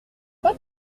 pas